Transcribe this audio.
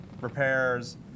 repairs